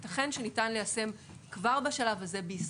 שככל שאנחנו מדברים על מחלה באופן יחסי